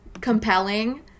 compelling